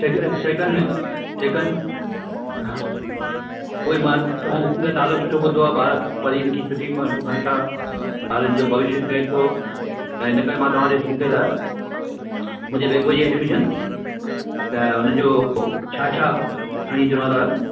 second second में second हा उहोई मां तव्हां जे स्कूल जो नालो सुठो ॿुधो आहे ॿार पढ़ी लिखी सुठी मार्कूं खणनि था ॿारनि जो भविष्य ठहे थो ऐं हिन करे मां तव्हां ॾे हिमथे लाइ मुंहिंजे बेबूअ जो ऐडमिशन त उनजो पोइ छा छा खणी अचणो आहे दादा